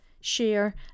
share